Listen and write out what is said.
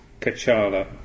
Kachala